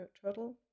turtle